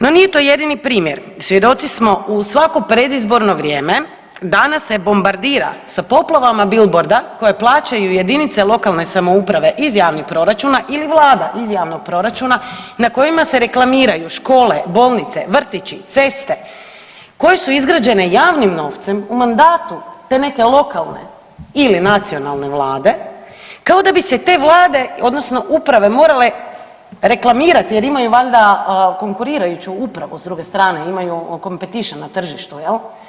No nije to jedini primjer, svjedoci smo u svako predizborno vrijeme da nas se bombardira sa poplavama billboarda koja plaćaju jedinice lokalne samouprave iz javnih proračuna ili Vlada iz javnog proračuna na kojima se reklamiraju škole, bolnice, vrtići, ceste koje su izgrađene javnim novcem u mandatu te neke lokalne ili nacionalne vlade kao da bi se te vlade odnosno uprave morale reklamirati jer imaju valjda konkurirajući upravu s druge strane, imaju competition na tržištu jel.